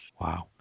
Wow